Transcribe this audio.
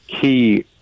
key